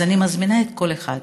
אז אני מזמינה כל אחד: